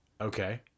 Okay